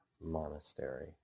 monastery